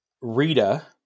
Rita